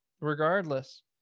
regardless